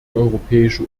europäische